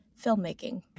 filmmaking